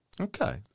Okay